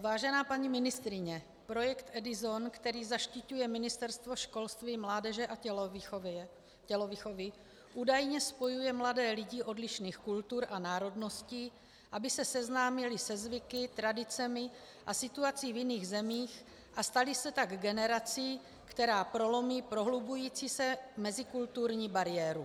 Vážená paní ministryně, projekt Edison, který zaštiťuje Ministerstvo školství, mládeže a tělovýchovy, údajně spojuje mladé lidi odlišných kultur a národností, aby se seznámili se zvyky, tradicemi a situací v jiných zemích a stali se tak generací, která prolomí prohlubující se mezikulturní bariéru.